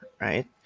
right